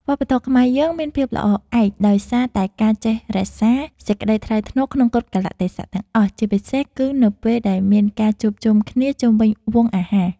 វប្បធម៌ខ្មែរយើងមានភាពល្អឯកដោយសារតែការចេះរក្សាសេចក្តីថ្លៃថ្នូរក្នុងគ្រប់កាលៈទេសៈទាំងអស់ ជាពិសេស គឺ នៅពេលដែលមានការជួបជុំគ្នាជុំវិញវង់អាហារ។